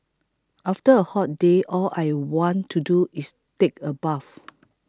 after a hot day all I want to do is take a bath